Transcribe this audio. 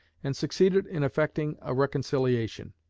and succeeded in effecting a reconciliation.